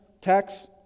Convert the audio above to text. tax